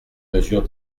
mesure